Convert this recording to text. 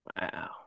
Wow